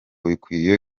bikwiye